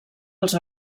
els